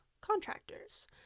contractors